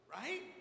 right